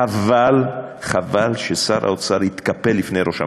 חבל, חבל ששר האוצר התקפל לפני ראש הממשלה,